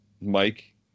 Mike